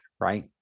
right